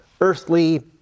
earthly